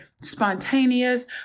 Spontaneous